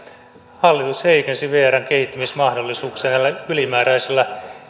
hallitus heikensi vrn kehittämismahdollisuuksia näillä ylimääräisillä